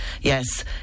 Yes